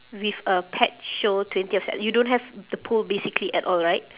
with a pet show twentieth si~ you don't have the pole basically at all right